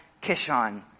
Kishon